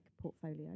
portfolio